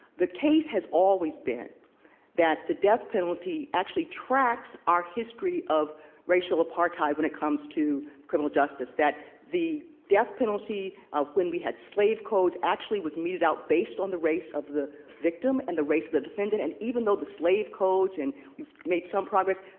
the case has always been that the death penalty actually tracks our history of racial apartheid when it comes to criminal justice, that the death penalty ah when we had slave codes actually was meted out based on the race of the victim and the race of the defendant, and even though the slave codes and we've made some progress,